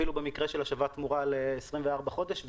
אפילו במקרה של השבת תמורה ל-24 חודש,